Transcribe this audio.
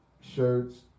shirts